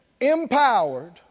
empowered